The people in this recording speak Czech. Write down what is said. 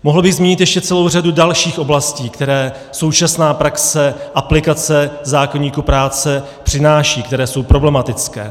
Mohl bych zmínit ještě celou řadu dalších oblastí, které současná praxe aplikace zákoníku práce přináší, které jsou problematické.